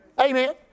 Amen